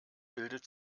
bildet